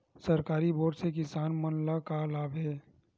सरकारी बोर से किसान मन ला का लाभ हे?